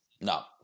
No